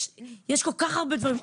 יש כל כך הרבה דברים,